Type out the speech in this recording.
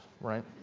right